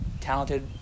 talented